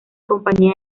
compañía